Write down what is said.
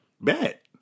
Bet